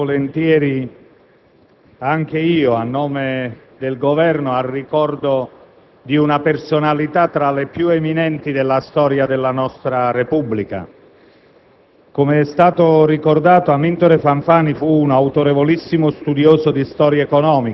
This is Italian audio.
senatori, mi associo volentieri anch'io a nome del Governo al ricordo di una personalità tra le più eminenti della storia della nostra Repubblica.